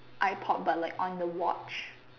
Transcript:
iPod but like on the watch